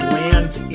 lands